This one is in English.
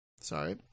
Sorry